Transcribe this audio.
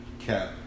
cap